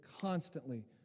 constantly